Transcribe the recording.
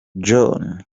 john